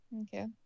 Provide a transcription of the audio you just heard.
okay